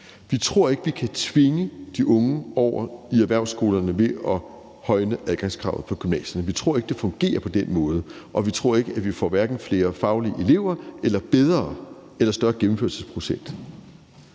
Vi tror ikke, at vi kan tvinge de unge over i erhvervsskolerne ved at højne adgangskravet for gymnasierne, vi tror ikke, at det fungerer på den måde, og vi tror hverken, at vi får flere faglige elever eller en større gennemførelsesprocent.